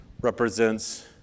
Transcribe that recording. represents